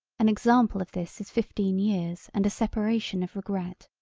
an example of this is fifteen years and a separation of regret.